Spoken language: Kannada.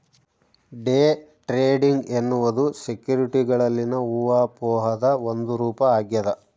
ಡೇ ಟ್ರೇಡಿಂಗ್ ಎನ್ನುವುದು ಸೆಕ್ಯುರಿಟಿಗಳಲ್ಲಿನ ಊಹಾಪೋಹದ ಒಂದು ರೂಪ ಆಗ್ಯದ